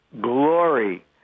glory